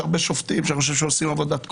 יש הרבה שופטים שאני חושב שעושים עבודת קודש,